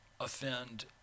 offend